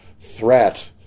threat